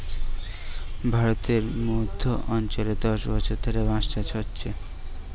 ভারতের মধ্য অঞ্চলে দশ বছর ধরে বাঁশ চাষ হচ্ছে